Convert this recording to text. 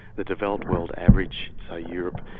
the developed world average so europe,